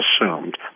assumed